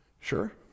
Sure